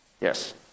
Yes